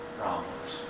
problems